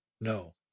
No